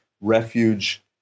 refuge